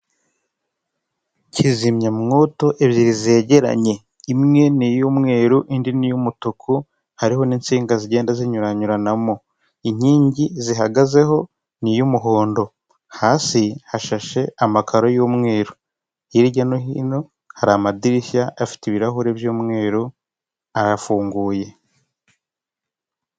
Kizimyamwoto ebyiri zegeranye, imwe ni iy'umweru, indi ni iy'umutuku, hariho n'insinga zigenda zinyuranyuranamo, inkingi zihagazeho ni iy'umuhondo, hasi hashashe amakaro y'umweru, hirya no hino hari amadirishya afite ibirahure by'umweru, arafunguye.